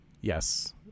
Yes